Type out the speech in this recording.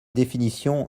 définition